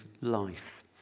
life